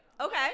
Okay